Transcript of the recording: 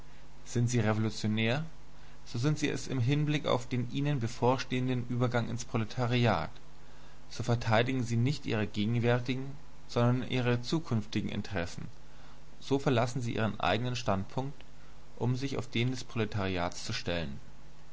sind sie revolutionär so sind sie es im hinblick auf den ihnen bevorstehenden übergang ins proletariat so verteidigen sie nicht ihre gegenwärtigen sondern ihre zukünftigen interessen so verlassen sie ihren eigenen standpunkt um sich auf den des proletariats zu stellen